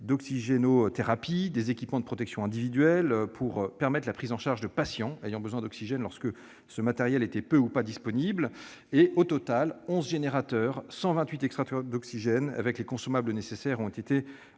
d'oxygénothérapie et des équipements de protection individuelle, afin de permettre la prise en charge de patients ayant besoin d'oxygène lorsque ce matériel est peu ou pas disponible. Au total, 11 générateurs et 128 extracteurs d'oxygène avec les consommables nécessaires ont été